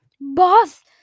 BOSS